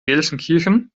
gelsenkirchen